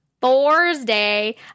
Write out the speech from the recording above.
thursday